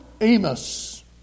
Amos